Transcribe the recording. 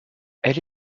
elle